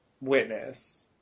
witness